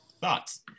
Thoughts